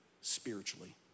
spiritually